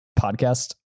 podcast